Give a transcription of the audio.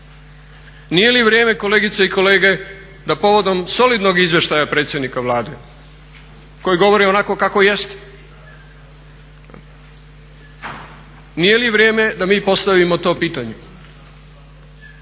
Nije li vrijeme, kolegice i kolege, da povodom solidnog izvještaja predsjednika Vlade koje govori onako kako jeste, nije li vrijeme da mi postavimo to pitanje?